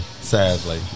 sadly